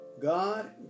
God